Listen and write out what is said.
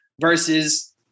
versus